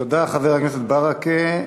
תודה, חבר הכנסת ברכה.